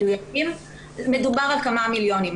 מדובר על כמה מיליונים.